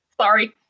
Sorry